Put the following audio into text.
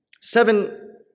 Seven